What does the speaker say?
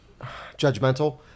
judgmental